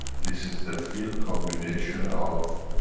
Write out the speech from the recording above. this is the field combination of